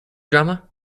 drama